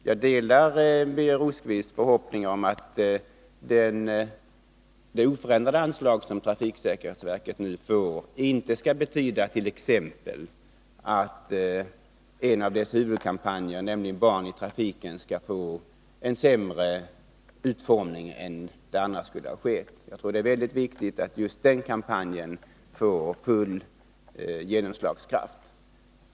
Jag delar Birger Rosqvists förhoppning om att det förhållandet att trafiksäkerhetsverket nu får oförändrat anslag inte skall betyda att t.ex. en av dess huvudkampanjer, nämligen Barn i trafiken, skall få en sämre utformning än den annars skulle ha fått. Jag tror att det är mycket viktigt att just den kampanjen får full genomslagskraft.